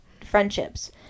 friendships